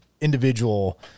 individual